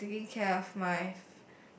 and taking care of my